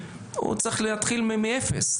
צריך להתחיל מאפס.